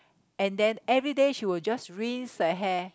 and then everyday she will just rinse her hair